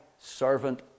servant